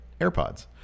AirPods